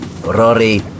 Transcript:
Rory